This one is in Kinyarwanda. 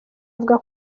avuga